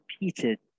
repeated